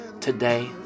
Today